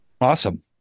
Awesome